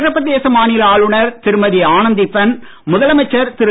உத்தரபிரதேச மாநில ஆளுநர் திருமதி ஆனந்தி பென் முதலமைச்சர் திரு